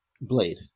Blade